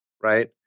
right